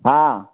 हाँ